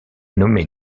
nommé